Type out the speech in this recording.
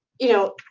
you know,